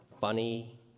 funny